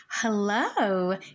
Hello